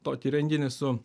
tokį renginį su